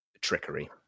trickery